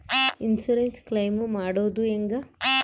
Insurance claim ಮಾಡೋದು ಹೆಂಗ?